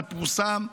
זה פורסם.